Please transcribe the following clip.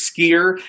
skier